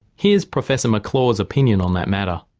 here's professor mclaws' opinion on that matter.